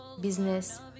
business